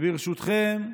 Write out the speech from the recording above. וברשותכם,